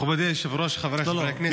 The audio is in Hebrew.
מכובדי היושב-ראש, חבריי חברי הכנסת, לא, לא.